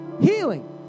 Healing